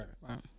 Right